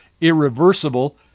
irreversible